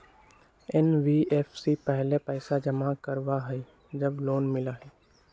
NBFC पहले पईसा जमा करवहई जब लोन मिलहई?